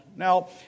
Now